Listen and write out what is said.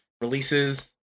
Releases